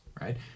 right